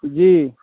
जी